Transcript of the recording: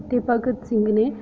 ते भगत सिंह ने